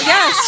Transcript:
Yes